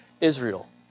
Israel